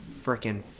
freaking